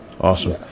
Awesome